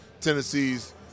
Tennessee's